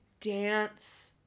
dance